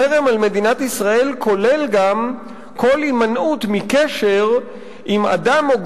חרם על מדינת ישראל כולל גם כל הימנעות מקשר עם אדם או גורם,